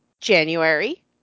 January